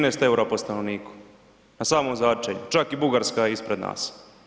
13 EUR-a po stanovniku, na samom začelju čak i Bugarska je ispred nas.